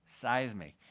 seismic